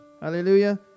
hallelujah